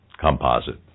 Composite